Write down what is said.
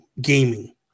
gaming